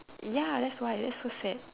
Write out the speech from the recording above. ya that's why that's so sad